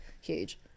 huge